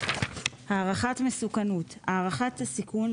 "הערכת מסוכנות" הערכת הסיכון,